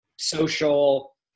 social